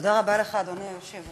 תודה רבה לך, אדוני היושב-ראש,